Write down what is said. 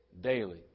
daily